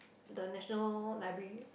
the National-Library